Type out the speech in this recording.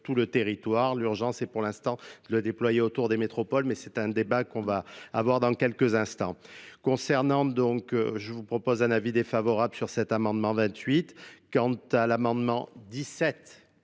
tout le territoire l'urgence c'est pour l'instant de le déployer autour des métropoles mais c'est un débat qu'on va avoir dans quelques instants concernant donc je vous propose un avis défavorable sur cet amendement vingt huit quant à l'amendement dix